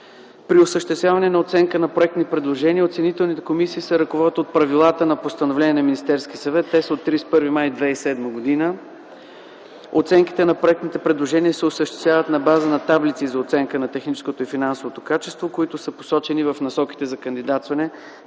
при осъществяване на оценка на проектни предложения оценителните комисии се ръководят от правилата на постановления на Министерския съвет, те са от 31 май 2007 г.; - оценките на проектните предложения се осъществяват на база на таблици за оценка на техническото и финансовото качество, които са посочени в насоките за кандидатстване